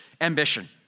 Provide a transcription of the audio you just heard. ambition